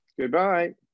Goodbye